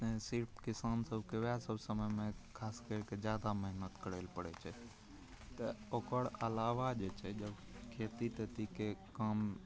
सिर्फ किसान सभकेँ वएहसब समयमे खास करिके जादा मेहनति करै ले पड़ै छै तऽ ओकर अलावा जे छै जब खेती तेतीके काम